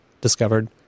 discovered